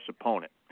opponent